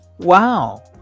wow